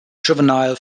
juvenile